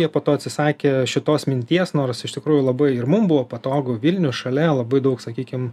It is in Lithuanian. jie po to atsisakė šitos minties nors iš tikrųjų labai ir mum buvo patogu vilnius šalia labai daug sakykim